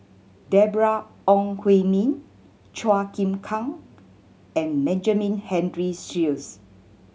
Deborah Ong Hui Min Chua Chim Kang and Benjamin Henry Sheares